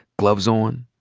gloves on,